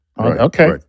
Okay